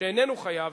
שאיננו חייב,